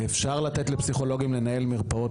אפשר לתת לפסיכולוגים לנהל מרפאות,